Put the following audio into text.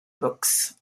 boxe